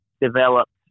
developed